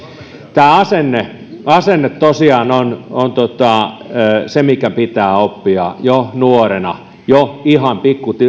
asenne asenne tosiaan on on se mikä pitää oppia jo nuorena jo ihan